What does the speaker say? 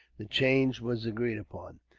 the change was agreed upon.